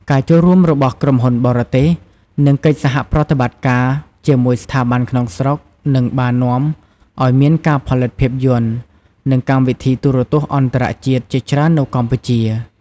ការចូលរួមរបស់ក្រុមហ៊ុនបរទេស និងកិច្ចសហប្រតិបត្តិការជាមួយស្ថាប័នក្នុងស្រុកនិងបាននាំឱ្យមានការផលិតភាពយន្ត និងកម្មវិធីទូរទស្សន៍អន្តរជាតិជាច្រើននៅកម្ពុជា។